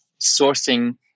sourcing